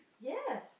Yes